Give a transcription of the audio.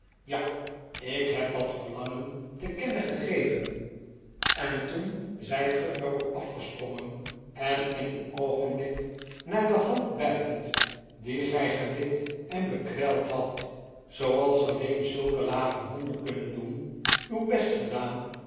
ja ik heb dat verlangen te kennen gegeven en toen zijt gij er op afgesprongen en in een oogenblik naar de hand bijtend die gij gelikt en bekwijld hadt zooals alleen zulke lage honden kunnen doen uw best gedaan